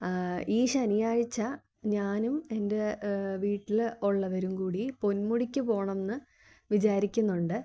ഈ ശനിയാഴ്ച്ച ഞാനും എൻ്റെ വീട്ടിൽ ഉള്ളവരും കൂടി പൊന്മുടിക്ക് പോവണമെന്ന് വിചാരിക്കുന്നുണ്ട്